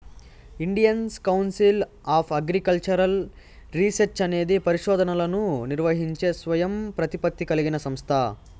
Indian council of agricultural research అనేది పరిశోధనలను నిర్వహించే స్వయం ప్రతిపత్తి కలిగిన సంస్థ